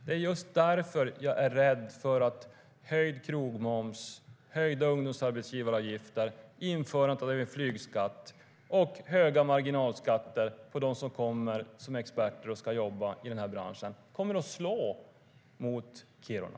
Det är just därför jag är rädd för att höjd krogmoms, höjda ungdomsarbetsgivaravgifter, införandet av en flygskatt och höga marginalskatter för dem som kommer som experter och ska jobba i den här branschen kommer att slå mot Kiruna.